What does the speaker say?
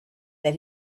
that